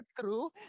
True